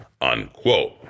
unquote